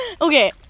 Okay